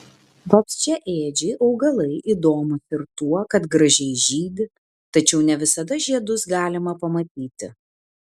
vabzdžiaėdžiai augalai įdomūs ir tuo kad gražiai žydi tačiau ne visada žiedus galima pamatyti